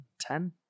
ten